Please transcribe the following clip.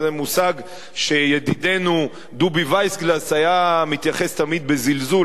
אבל זה מושג שידידנו דובי וייסגלס היה מתייחס בו תמיד בזלזול,